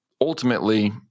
ultimately